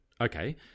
okay